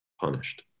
punished